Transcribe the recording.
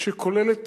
שכוללת